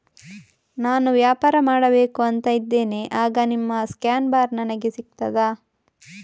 ನಾನು ವ್ಯಾಪಾರ ಮಾಡಬೇಕು ಅಂತ ಇದ್ದೇನೆ, ಆಗ ನಿಮ್ಮ ಸ್ಕ್ಯಾನ್ ಬಾರ್ ನನಗೆ ಸಿಗ್ತದಾ?